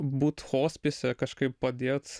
būt hospise kažkaip padėt